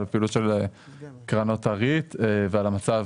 על הפעילות של קרנות הריט ועל המצב